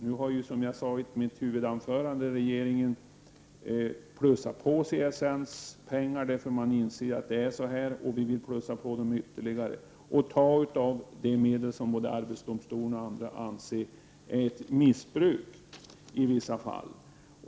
Nu har, som jag sade i mitt huvudanförande, regeringen plussat på CSN:s pengar, eftersom man inser att det är så här. Vi vill plussa på dem ytterligare och ta av de medel som både arbetsdomstolen och andra anser vara ett missbruk i vissa fall.